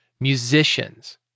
musicians